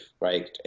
right